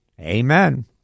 Amen